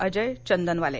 Ajay Chandanwale